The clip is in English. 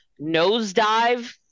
Nosedive